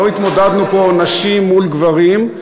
לא התמודדנו פה נשים מול גברים,